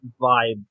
vibe